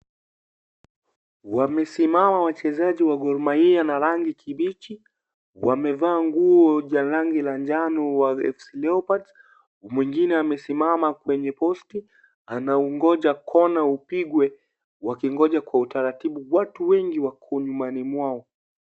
Wamesimama wachezaji wa Gormahia na rangi kibichi wamevaa nguo za rangi la njano AFC Leopards mwingine amesimama kwenye posti anaungoja kona upigwe wakingoja kwa utaratibu watu wengi wako nyumani mwao